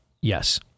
yes